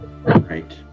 right